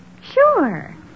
Sure